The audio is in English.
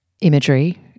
Imagery